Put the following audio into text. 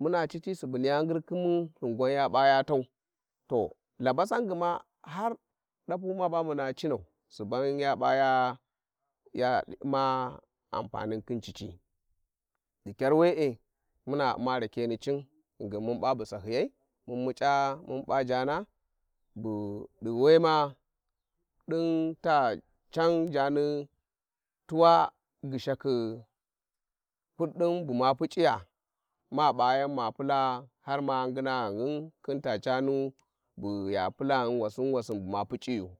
﻿muna citi subu niya ngir khim mun lthadi gwan ya p'a ya tau to labasan gma har dapu ma ba muna Cinau suben ya p'a ya u`ma amfanin khìn cici, of kyar were muna u`ma rakeni-cin ghingro mun p'a bu Sahyıyai, mun muc`a mun D'a jana, bu di we ma din ta can jani tuwa gyishakhi kurdin buma puciiya ma p`a jan ma pula har ma ngina ghanghìn khin ta jani buya pulaghum wasin-wasin bu ma puciyu,